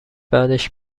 بعدش